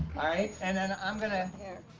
right. and then i'm gonna. here.